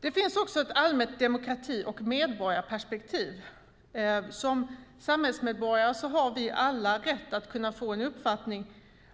Det finns också ett allmänt demokrati och medborgarperspektiv. Som samhällsmedborgare har vi alla rätt att kunna få en uppfattning